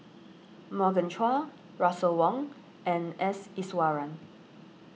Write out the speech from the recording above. Morgan Chua Russel Wong and S Iswaran